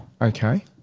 Okay